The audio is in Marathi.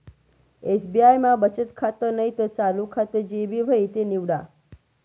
एस.बी.आय मा बचत खातं नैते चालू खातं जे भी व्हयी ते निवाडा